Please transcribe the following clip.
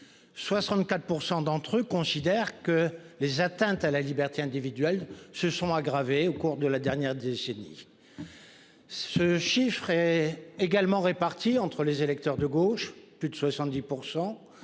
64% d'entre eux considèrent que les atteintes à la liberté individuelle, se sont aggravées, au cours de la dernière décennie. Ce chiffre est également répartis entre les électeurs de gauche. Plus de 70%.